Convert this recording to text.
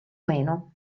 meno